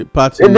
party